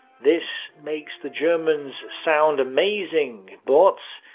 this makes the germans sound amazing! but,